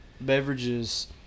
beverages